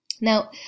now